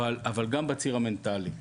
אבל גם בציר המנטלי.